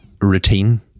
routine